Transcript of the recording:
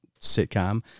sitcom